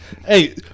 hey